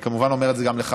אני כמובן אומר את זה גם לך,